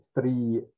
three